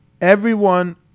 Everyone-